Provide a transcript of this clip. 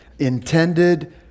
Intended